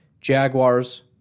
Jaguars